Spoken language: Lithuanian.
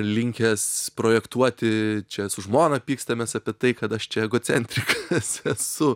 linkęs projektuoti čia su žmona pykstamės apie tai kad aš čia egocentrikas esu